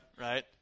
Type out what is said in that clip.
right